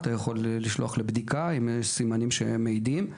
לשלוח לבדיקה אם יש סימנים מעידים,